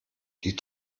die